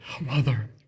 Mother